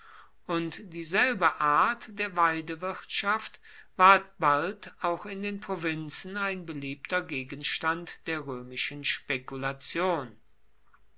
und dieselbe art der weidewirtschaft ward bald auch in den provinzen ein beliebter gegenstand der römischen spekulation